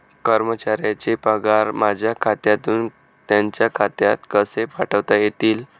कर्मचाऱ्यांचे पगार माझ्या खात्यातून त्यांच्या खात्यात कसे पाठवता येतील?